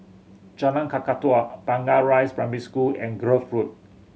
Jalan Kakatua Blangah Rise Primary School and Grove Road